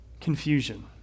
confusion